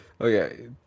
Okay